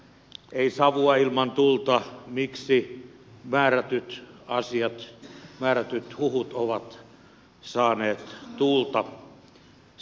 ei savua ilman tulta siinä miksi määrätyt asiat määrätyt huhut ovat saaneet tuulta siipiensä alle